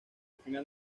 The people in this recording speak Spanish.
final